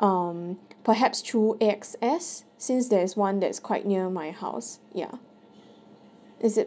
um perhaps through A_X_S since there is one that's quite near my house ya is it